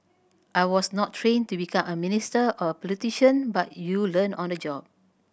I was not trained to become a minister or a politician but you learn on the job